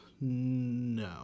no